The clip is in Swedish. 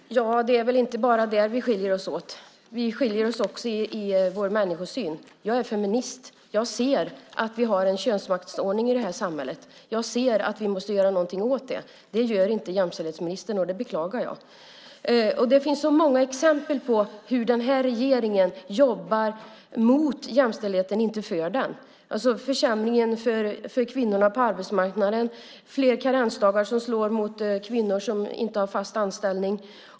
Herr talman! Det är väl inte bara där vi skiljer oss åt. Vi skiljer oss också åt i vår människosyn. Jag är feminist. Jag ser att vi har en könsmaktsordning i det här samhället. Jag ser att vi måste göra något åt det. Det gör inte jämställdhetsministern, och det beklagar jag. Det finns så många exempel på hur den här regeringen jobbar mot jämställdheten, inte för den. Det är en försämring för kvinnorna på arbetsmarknaden, och fler karensdagar slår mot kvinnor som inte har fast anställning.